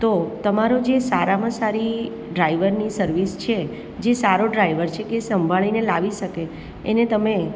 તો તમારો જે સારામાં સારી ડ્રાઈવરની સર્વિસ છે જે સારો ડ્રાઈવર છે કે એ સાંભળીને લાવી શકે એને તમે